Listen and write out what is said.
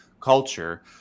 culture